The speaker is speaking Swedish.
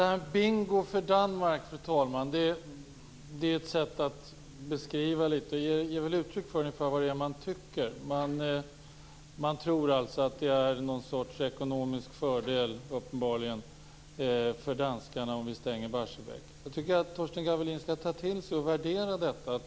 Herr talman! Det här med bingo för Danmark ger väl litet grand uttryck för vad det är man tycker. Man tror uppenbarligen att det är någon sorts ekonomisk fördel för danskarna om vi stänger Barsebäck. Jag tycker att Torsten Gavelin skall ta till sig och värdera detta.